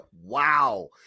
wow